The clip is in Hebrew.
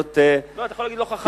אתה יכול להגיד "לא חכמה".